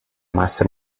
massa